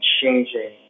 changing